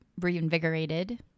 reinvigorated